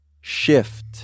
shift